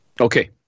Okay